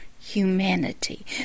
humanity